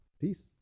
Peace